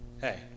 Hey